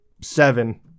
seven